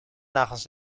nagels